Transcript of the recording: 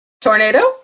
Tornado